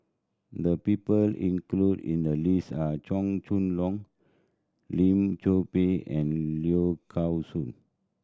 the people included in the list are Chua Chong Long Lim Chor Pee and Low Song